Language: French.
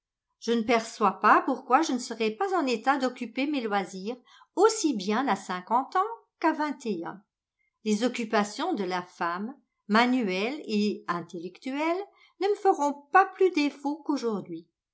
je ne perçois pas pourquoi je ne serai pas en état d'occuper mes loisirs aussi bien à cinquante ans qu'à vingt et un les occupations de la femme manuelles et intellectuelles ne me feront pas plus défaut qu'aujourd'hui